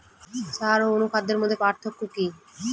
সার ও অনুখাদ্যের মধ্যে পার্থক্য কি?